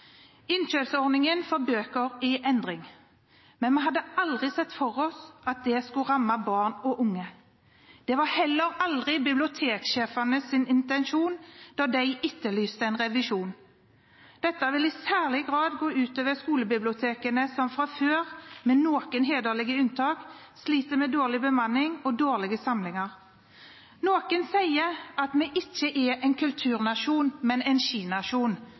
Innkjøpsordningen for bøker er i endring, men vi hadde aldri sett for oss at det skulle ramme barn og unge. Det var heller aldri biblioteksjefenes intensjon da de etterlyste en revisjon. Dette vil i særlig grad gå ut over skolebibliotekene, som fra før av – med noen hederlige unntak – sliter med dårlig bemanning og dårlige samlinger. Noen sier at vi ikke er en kulturnasjon, men en skinasjon.